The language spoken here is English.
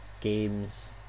games